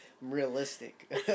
Realistic